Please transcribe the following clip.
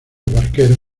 barqueros